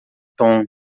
tom